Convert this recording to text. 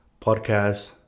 podcast